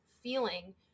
feeling